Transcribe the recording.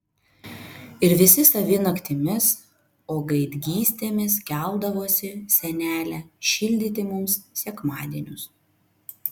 ir visi savi naktimis o gaidgystėmis keldavosi senelė šildyti mums sekmadienius